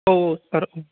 औ औ सार औ